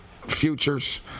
Futures